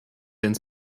ins